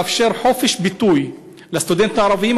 לאפשר חופש ביטוי לסטודנטים הערבים,